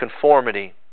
conformity